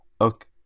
Okay